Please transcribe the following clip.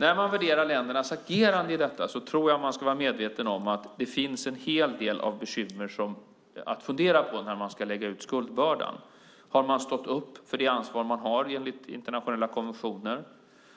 När man värderar ländernas agerande i detta tror jag att man ska vara medveten om att det finns en hel del bekymmer att fundera på när man ska lägga ut skuldbördan. Har man stått upp för det ansvar man har enligt internationella konventioner?